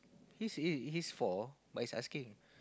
he's he's four but he's asking